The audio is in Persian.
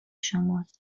شماست